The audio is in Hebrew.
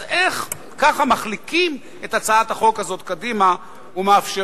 אז איך כך מחליקים את הצעת החוק הזאת קדימה ומאפשרים